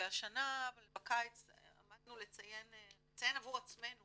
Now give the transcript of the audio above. והשנה הקיץ עמדנו לציין עבור עצמנו